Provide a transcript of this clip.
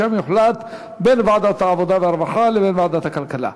שם יוחלט בין ועדת העבודה והרווחה לבין ועדת הכלכלה.